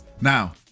Now